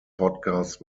podcast